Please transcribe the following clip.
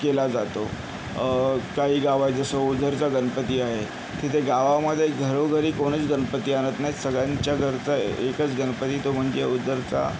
केला जातो काही गावं आहेत जसं ओझरचा गणपती आहे तिथे गावामध्ये घरोघरी कोणीच गणपती आणत नाहीत सगळ्यांच्या घरचा एकच गणपती तो म्हणजे ओझरचा